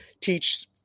teach